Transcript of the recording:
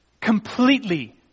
completely